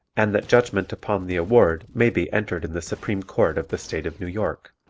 and that judgment upon the award may be entered in the supreme court of the state of new york.